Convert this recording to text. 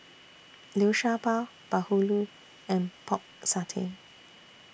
Liu Sha Bao Bahulu and Pork Satay